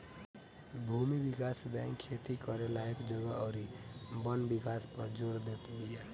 भूमि विकास बैंक खेती करे लायक जगह अउरी वन विकास पअ जोर देत बिया